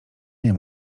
nie